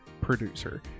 producer